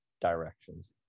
directions